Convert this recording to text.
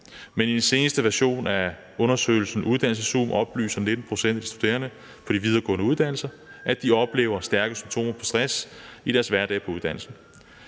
men i den seneste version af undersøgelsen UddannelsesZOOM oplyser 19 pct. af de studerende på de videregående uddannelser, at de oplever stærke symptomer på stress i deres hverdag på uddannelsen.